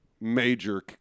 major